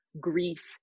grief